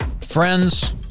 Friends